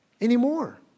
anymore